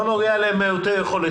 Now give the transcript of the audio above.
זה לא נוגע למעוטי יכולת.